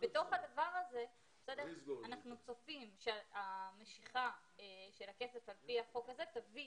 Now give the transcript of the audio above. בתוך הדבר הזה אנחנו צופים שהמשיכה של הכסף על פי החוק הזה תביא